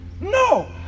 No